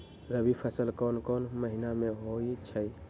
रबी फसल कोंन कोंन महिना में होइ छइ?